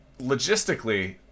logistically